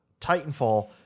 titanfall